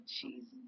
Jesus